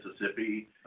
Mississippi